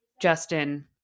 Justin